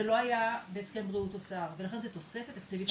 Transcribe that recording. זה לא היה בהסכם בריאות תוצר ולכן זה תוספת תקציבית לקופות.